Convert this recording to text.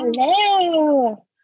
Hello